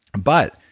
but,